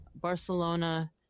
Barcelona